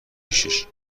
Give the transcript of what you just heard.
پیشش